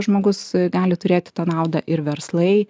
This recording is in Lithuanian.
žmogus gali turėti tą naudą ir verslai